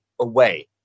away